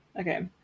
Okay